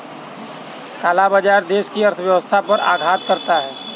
काला बाजार देश की अर्थव्यवस्था पर आघात करता है